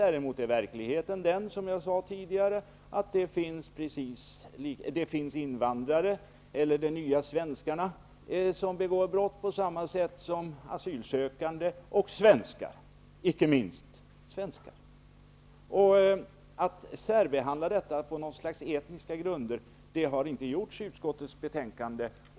Däremot är verkligheten den, precis som jag tidigare har sagt, att det finns invandrare, nya svenskar, som begår brott -- precis som asylsökande och, icke minst, svenskar, gör. Någon särbehandling här på något slags etniska grunder har utskottet inte gjort i det aktuella betänkandet.